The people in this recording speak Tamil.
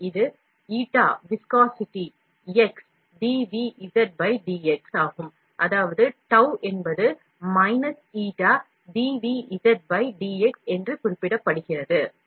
எனவே இது minus viscosity ɳ X dvz dx ஆகும்